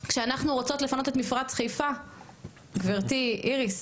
כשאנחנו רוצות לפנות את מפרץ חיפה גברתי איריס,